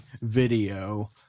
video